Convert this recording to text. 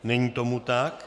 Není tomu tak.